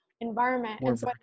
environment